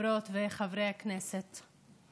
חברות וחברי הכנסת,